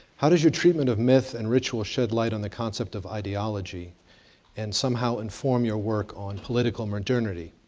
how does your treatment of myth and ritual shed light on the concept of ideal ology and somehow inform your work on political modernity?